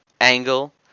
angle